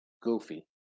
Goofy